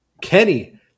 Kenny